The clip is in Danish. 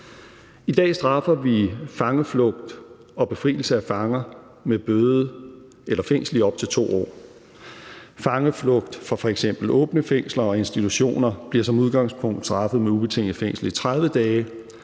I dag straffer vi fangeflugt og befrielse af fanger med bøde eller fængsel i op til 2 år. Fangeflugt fra f.eks. åbne fængsler og institutioner bliver som udgangspunkt straffet med ubetinget fængsel i 30 dage.